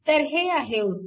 तर हे आहे उत्तर